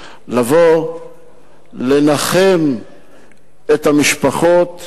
לבוא לנחם את המשפחות,